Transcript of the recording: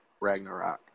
Ragnarok